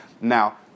Now